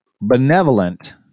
benevolent